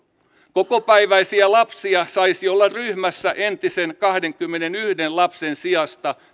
kokopäiväisiä lapsia saisi olla ryhmässä entisen kahdenkymmenenyhden lapsen sijasta